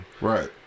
right